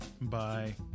Bye